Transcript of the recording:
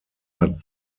hat